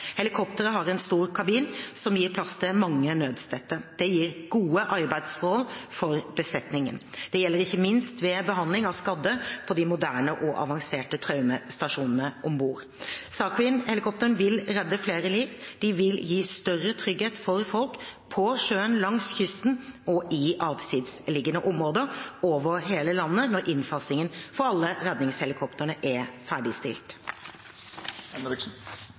Helikopteret har en stor kabin som gir plass til mange nødstedte. Det gir gode arbeidsforhold for besetningen. Det gjelder ikke minst ved behandling av skadde på de moderne og avanserte traumestasjonene om bord. SAR Queen-helikoptrene vil redde flere liv og gi større trygghet for folk på sjøen, langs kysten og i avsidesliggende områder over hele landet når innfasingen av alle redningshelikoptrene er